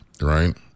Right